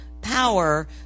power